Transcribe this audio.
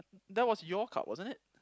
that was your card wasn't it